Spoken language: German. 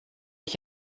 ich